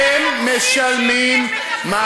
אם אתה רוצה, הם מחפשים, הם משלמים, הם